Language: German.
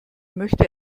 möchte